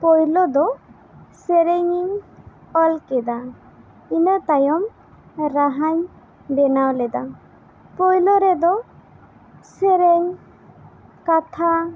ᱯᱳᱭᱞᱳ ᱫᱚ ᱥᱮᱨᱮᱧ ᱤᱧ ᱚᱞ ᱠᱮᱫᱟ ᱤᱱᱟ ᱛᱟᱭᱚᱢ ᱨᱟᱦᱟᱧ ᱵᱮᱱᱟᱣ ᱞᱮᱫᱟ ᱯᱳᱭᱞᱳ ᱨᱮᱫᱚ ᱥᱮᱨᱮᱧ ᱠᱟᱛᱷᱟ